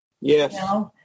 Yes